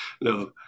No